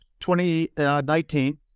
2019